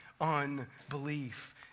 unbelief